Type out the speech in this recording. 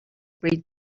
breed